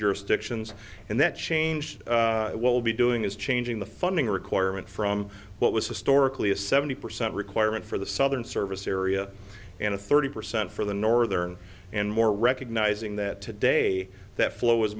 jurisdictions and that change will be doing is changing the funding requirement from what was historically a seventy percent requirement for the southern service area and a thirty percent for the northern and more recognizing that today that flow